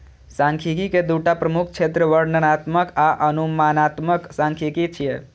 सांख्यिकी के दूटा प्रमुख क्षेत्र वर्णनात्मक आ अनुमानात्मक सांख्यिकी छियै